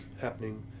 happening